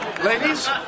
Ladies